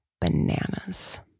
bananas